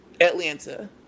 Atlanta